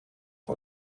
war